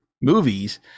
movies